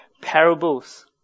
parables